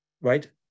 right